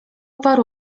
paru